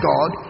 God